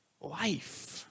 life